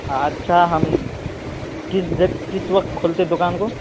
اچھا ہم کس کس وقت کھولتے ہیں دکان کو